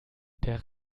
der